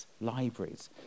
libraries